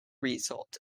result